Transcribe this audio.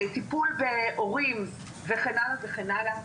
טיפול בהורים וכן הלאה וכן הלאה.